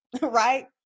right